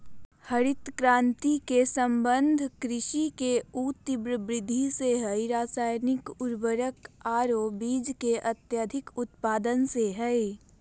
हरित क्रांति के संबंध कृषि के ऊ तिब्र वृद्धि से हई रासायनिक उर्वरक आरो बीज के अत्यधिक उत्पादन से हई